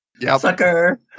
Sucker